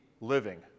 living